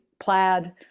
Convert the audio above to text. plaid